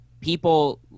people